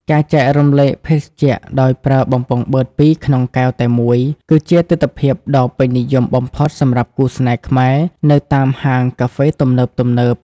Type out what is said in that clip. ការចែករំលែកភេសជ្ជៈដោយប្រើបំពង់បឺតពីរក្នុងកែវតែមួយ គឺជាទិដ្ឋភាពដ៏ពេញនិយមបំផុតសម្រាប់គូស្នេហ៍ខ្មែរនៅតាមហាងកាហ្វេទំនើបៗ។